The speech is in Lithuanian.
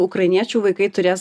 ukrainiečių vaikai turės